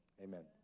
Amen